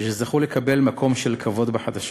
וזכו לקבל מקום של כבוד בחדשות.